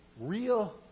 real